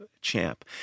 champ